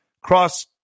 cross